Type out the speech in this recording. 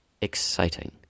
exciting